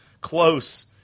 close